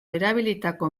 erabilitako